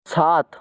সাত